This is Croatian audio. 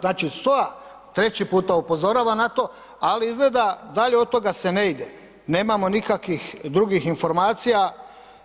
Znači SOA treći puta upozorava na to ali izgleda dalje od toga se ne ide, nemamo nikakvih drugih informacija